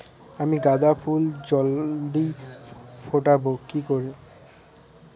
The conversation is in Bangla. আমি গাঁদা ফুল জলদি ফোটাবো কি করে?